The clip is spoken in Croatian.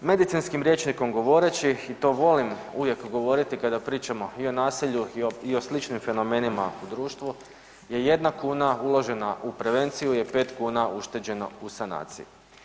Medicinskim rječnikom govoreći i to volim uvijek govoriti kada pričamo i o nasilju i o sličnim fenomenima u društvu, je jedna kuna uložena u prevenciju je pet kuna ušteđeno u sanaciji.